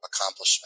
accomplishment